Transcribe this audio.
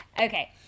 Okay